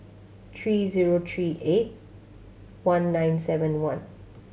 three zero three eight one nine seven one